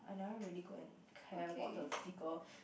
i never really go and care about the figure